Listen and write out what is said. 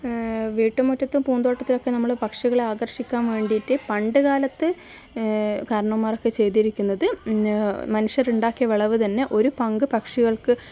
വീട്ടു മുറ്റത്തും പൂന്തോട്ടത്തിലുമൊക്കെ നമ്മൾ പക്ഷികളെ ആകർഷിക്കാൻ വേണ്ടിയിട്ട് പണ്ട് കാലത്ത് കാർണോമാരൊക്കെ ചെയ്തിരിക്കുന്നത് മനുഷ്യരുണ്ടാക്കിയ വിളവ് തന്നെ ഒരു പങ്ക് പക്ഷികൾക്ക്